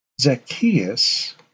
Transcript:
Zacchaeus